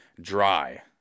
dry